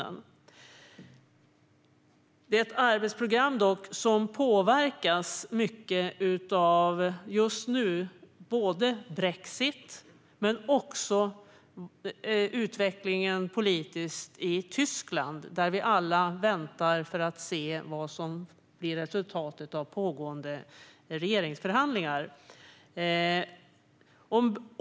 Det är dock ett arbetsprogram som just nu påverkas mycket av både brexit och utvecklingen politiskt i Tyskland, där vi alla väntar på att få se resultatet av de pågående regeringsförhandlingarna.